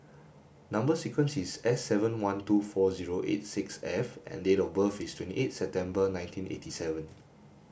number sequence is S seven one two four zero eight six F and date of birth is twenty eight September nineteen eighty seven